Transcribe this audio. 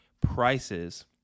prices